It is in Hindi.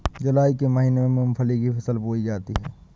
जूलाई के महीने में मूंगफली की फसल बोई जाती है